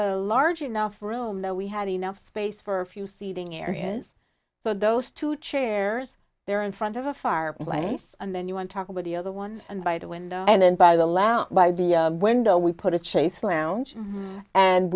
a large enough room though we had enough space for a few seating areas so those two chairs there are in front of a far place and then you want to talk about the other one and by the window and then by the lounge by the window we put a chase lounge and